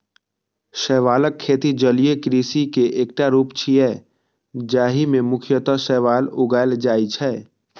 शैवालक खेती जलीय कृषि के एकटा रूप छियै, जाहि मे मुख्यतः शैवाल उगाएल जाइ छै